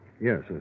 Yes